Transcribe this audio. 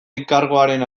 elkargoaren